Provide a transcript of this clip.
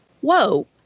whoa